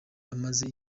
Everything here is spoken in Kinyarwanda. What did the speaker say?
amaze